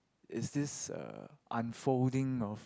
is this uh unfolding of